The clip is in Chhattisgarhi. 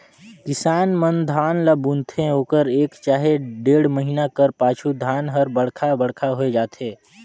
किसान मन धान ल बुनथे ओकर एक चहे डेढ़ महिना कर पाछू धान हर बड़खा बड़खा होए जाथे